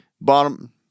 Bottom